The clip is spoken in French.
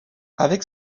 avec